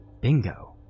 Bingo